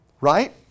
Right